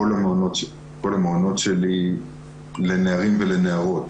כל המעונות לנערים ולנערות